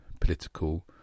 political